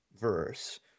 verse